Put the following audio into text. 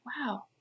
wow